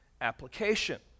application